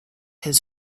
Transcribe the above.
his